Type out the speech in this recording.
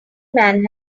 man